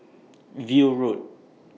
View Road